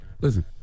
listen